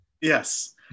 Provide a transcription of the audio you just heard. Yes